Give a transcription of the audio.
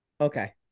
Okay